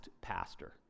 pastor